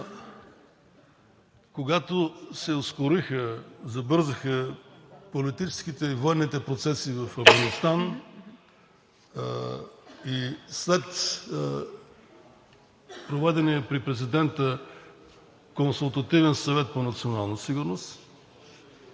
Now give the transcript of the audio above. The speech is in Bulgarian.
когато се забързаха политическите и военните процеси в Афганистан и след проведения при президента Консултативен съвет за национална сигурност,